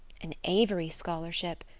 an avery scholarship!